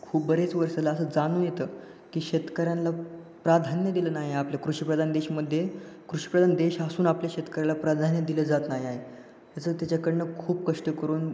खूप बरेच वर्षाला असं जाणून येतं की शेतकऱ्यांना प्राधान्य दिलं नाही आपलं कृषीप्रधान देशामध्ये कृषीप्रधान देश असून आपल्या शेतकऱ्याला प्राधान्य दिलं जात नाही आहे असं त्याच्याकडून खूप कष्ट करून